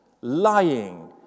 lying